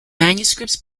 manuscripts